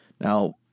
Now